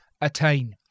attain